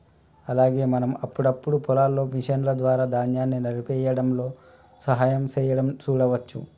అలాగే మనం అప్పుడప్పుడు పొలాల్లో మిషన్ల ద్వారా ధాన్యాన్ని నలిపేయ్యడంలో సహాయం సేయడం సూడవచ్చు